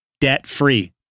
debt-free